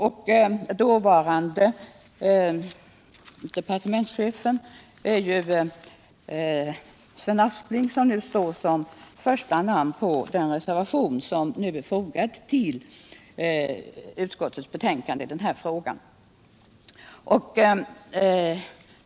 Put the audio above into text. Den dåvarande departementschefen var ju Sven Aspling, som nu står som första namn bakom den reservation som är fogad till utskottsbetänkandet.